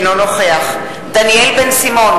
אינו נוכח דניאל בן-סימון,